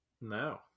No